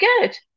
good